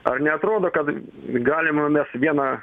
ar neatrodo kad galima mes vieną